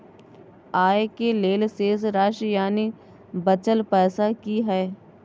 आय के लेल शेष राशि यानि बचल पैसा की हय?